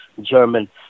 German